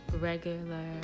regular